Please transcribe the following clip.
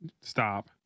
Stop